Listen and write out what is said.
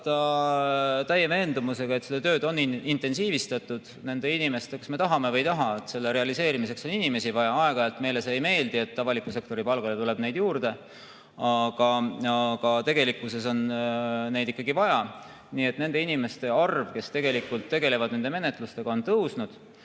vastata täie veendumusega, et seda tööd on intensiivistatud nende inimestega. Kas me tahame või ei taha, selle realiseerimiseks on inimesi vaja. Aeg-ajalt meile see ei meeldi, et avaliku sektori palgale tuleb inimesi juurde, aga tegelikkuses on neid ikkagi vaja. Nii et nende inimeste arv, kes tegelevad nende menetlustega, on tõusnud.